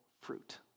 fruit